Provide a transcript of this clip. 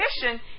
mission